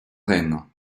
rennes